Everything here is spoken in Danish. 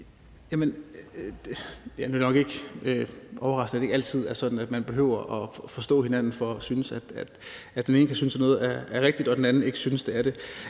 Det er nok ikke overraskende, at det ikke altid er sådan, at man behøver at forstå hinanden, for at den ene kan synes, at noget er rigtigt, og den anden ikke synes, det er det.